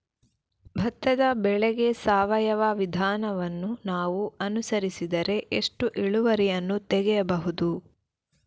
ಭತ್ತದ ಬೆಳೆಗೆ ಸಾವಯವ ವಿಧಾನವನ್ನು ನಾವು ಅನುಸರಿಸಿದರೆ ಎಷ್ಟು ಇಳುವರಿಯನ್ನು ತೆಗೆಯಬಹುದು?